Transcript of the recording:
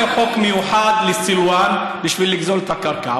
החוק הזה הוא חוק מיוחד לסילוואן בשביל לגזול את הקרקע,